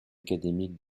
académique